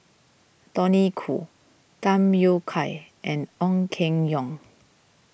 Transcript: Tony Khoo Tham Yui Kai and Ong Keng Yong